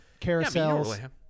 carousels